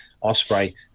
Osprey